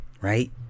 Right